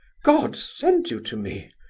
god sent you to me!